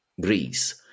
Greece